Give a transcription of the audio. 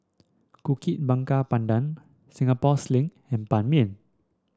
Kuih Bakar Pandan Singapore Sling and Ban Mian